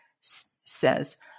says